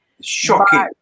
shocking